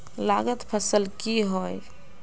लागत फसल की होय?